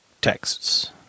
texts